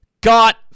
got